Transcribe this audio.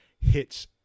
hits